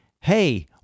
Hey